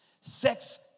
sex